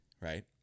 right